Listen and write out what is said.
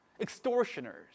Extortioners